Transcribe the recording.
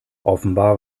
offenbar